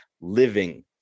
living